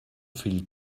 fill